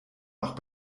auch